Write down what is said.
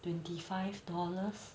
twenty five dollars